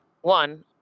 one